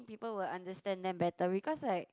people will understand them better because like